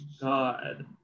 god